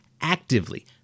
actively